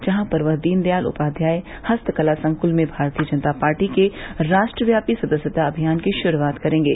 जहां पर वह दीनदयाल उपाध्याय हस्तकला संकुल में भारतीय जनता पार्टी के राष्ट्रव्यापी सदस्यता अभियान की शुरूआत करेंगे